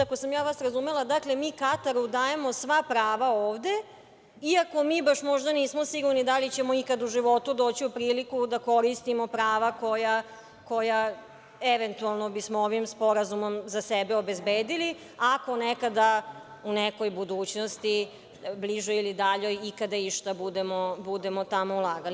Ako sam vas razumela, dakle mi Kataru dajemo sva prava ovde iako mi baš možda nismo sigurni da li ćemo ikad u životu doći u priliku da koristimo prava koja eventualno bismo ovim sporazumom za sebe obezbedili ako nekada u nekoj budućnosti, bližoj ili daljoj, ikada išta budemo tamo ulagali.